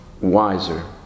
wiser